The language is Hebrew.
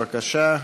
בבקשה,